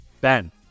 Ben